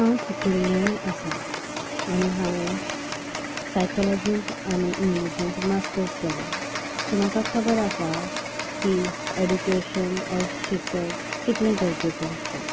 हांव शिकिल्लें आसा आनी हांवें सायकोलॉजींत आनी इंग्लिशांत मास्टर्स केलां सो म्हाका खबर आसा की एडुकेशन ओर शिकप कितलें गरजेचे तें